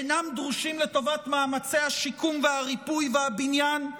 אינם דרושים לטובת מאמצי השיקום והריפוי והבניין?